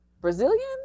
Brazilian